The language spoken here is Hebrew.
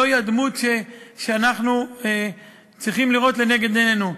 זוהי הדמות שאנחנו צריכים לראות לנגד עינינו.